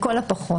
לכל הפחות,